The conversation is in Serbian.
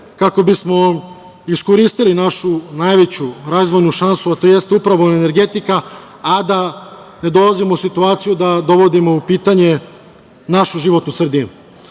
kako bismo iskoristili našu najveću razvojnu šansu, a to jeste upravo energetika, a da ne dolazimo u situaciju da dovodimo u pitanje našu životnu sredinu. Upravo